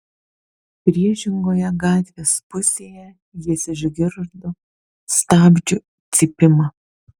priešingoje gatvės pusėje jis išgirdo stabdžių cypimą